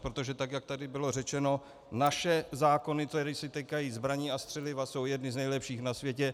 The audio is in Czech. Protože tak jak tady bylo řečeno, naše zákony, které se týkají zbraní a střeliva, jsou jedny z nejlepších na světě.